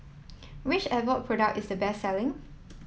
which Abbott product is the best selling